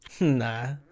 Nah